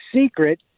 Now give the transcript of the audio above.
secret